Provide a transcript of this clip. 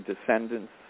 descendants